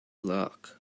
look